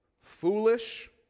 Foolish